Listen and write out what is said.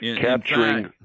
Capturing